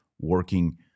working